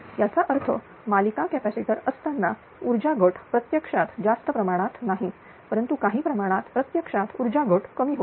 याचा अर्थ मालिका कॅपॅसिटर असताना ऊर्जा घट प्रत्यक्षात जास्त प्रमाणात नाही परंतु काही प्रमाणात प्रत्यक्षात ऊर्जा घट कमी होते